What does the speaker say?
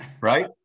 Right